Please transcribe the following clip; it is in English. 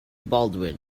baldwin